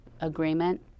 agreement